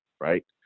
right